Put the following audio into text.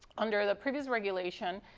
under the previous regulation,